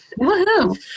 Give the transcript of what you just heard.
woohoo